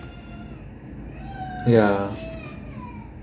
ya